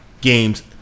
games